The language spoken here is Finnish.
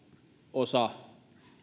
osa